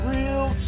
Real